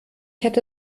hätte